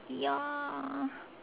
ya